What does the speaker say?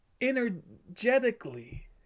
energetically